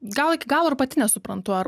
gal iki galo ir pati nesuprantu ar